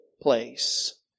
place